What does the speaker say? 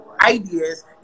ideas